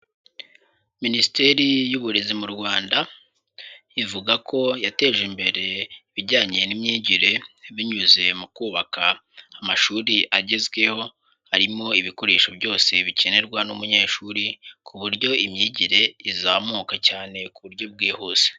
Minisiteri y'uburezi mu Rwanda, ivuga ko yateje imbere ibijyanye n'imyigire binyuze mu kubaka amashuri agezweho, harimo ibikoresho byose bikenerwa n'umunyeshuri ku buryo imyigire izamuka cyane ku buryo bwihuse.